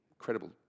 Incredible